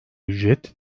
ücret